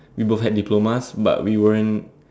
we both had diplomas but we were in